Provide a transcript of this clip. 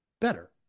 better